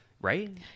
Right